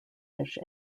fish